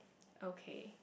okay